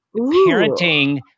parenting